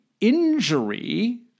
injury